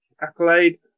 accolade